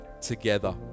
together